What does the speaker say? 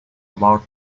about